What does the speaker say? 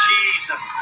Jesus